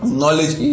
knowledge